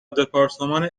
دپارتمان